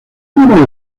uno